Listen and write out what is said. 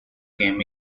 came